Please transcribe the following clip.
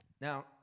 Now